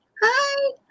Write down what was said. hi